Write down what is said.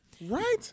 Right